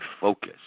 focus